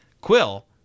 Quill